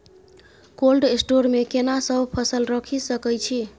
Cold store मे केना सब फसल रखि सकय छी?